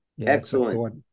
Excellent